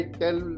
tell